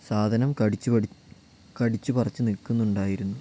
സാധനം കടിച്ചു പട്ടി കടിച്ച് പറിച്ചു നിൽക്കുന്നുണ്ടായിരുന്നു